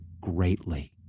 greatly